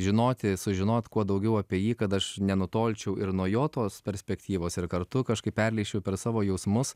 žinoti sužinot kuo daugiau apie jį kad aš nenutolčiau ir nuo jo tos perspektyvos ir kartu kažkaip perleisčiau per savo jausmus